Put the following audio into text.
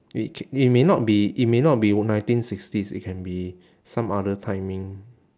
it c~ it may not be it may not be nineteen sixties it can be some other timing